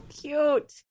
cute